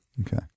Okay